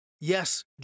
yes